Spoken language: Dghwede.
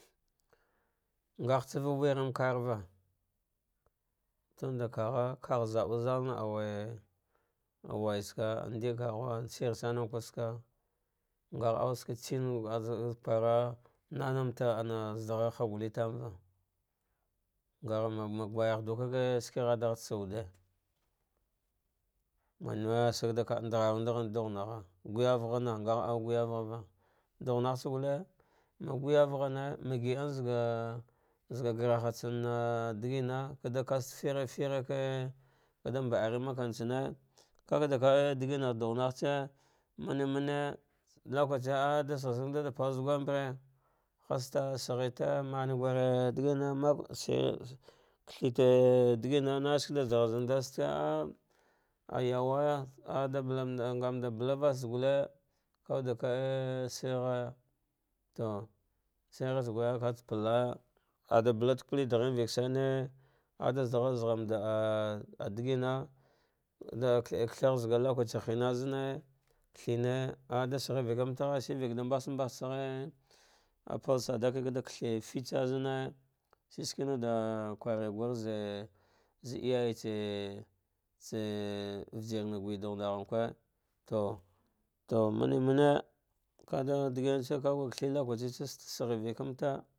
Ngahg tsa quern karava tund kagha, kagha za zau'u zana auwai tsaka, ah na ahkughe shir sani a que saka, ngah auzagh an azukura nana mata ana hatarghava magayahduka kashik hada hada tsa wude, manewe saka da ngarung ahn dughanagha gujavahna, ngahauva ngahau gayahva duhgnatsa gule magujavane, magai en zagu egara tsana digina kada atsetse ferfe kada mbari makartsane, kakaɗigang dughnaghtse, manemane lokaci ah dazsagh sag manda da palzu gumbere, haste seghete mavgure digina ts kalthate da zaduug zanda aste a yawaiya, ngamanda palva aste gule ka wude ka a shirighaga to shighi tsa gare ke palaya, ada pabalte kaplare dehine ue esane ada zadda ghar da zadanda rebe ah digiana de katsu zaga lokaci hina zanme kathane da sheghe vikanta ghe danbasmba sadikinzane kada kath fitse zane shi skina da kware gar zavhar iyaye tsa ujirne gurai dugh nagha kew to to mane mane kada da ginatse lo kaciki kamta.